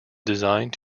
designed